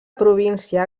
província